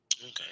Okay